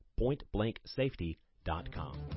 pointblanksafety.com